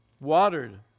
watered